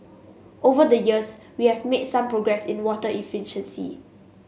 over the years we have made some progress in water efficiency